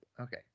Okay